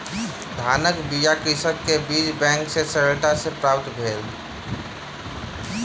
धानक बीया कृषक के बीज बैंक सॅ सरलता सॅ प्राप्त भेल